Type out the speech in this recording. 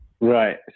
Right